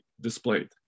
displayed